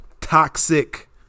toxic